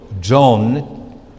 John